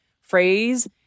phrase